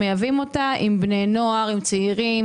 באוקטובר 2021,